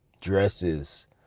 dresses